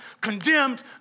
condemned